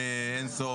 ברור